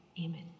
Amen